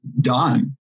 done